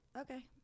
Okay